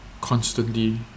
constantly